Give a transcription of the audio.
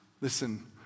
listen